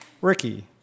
Ricky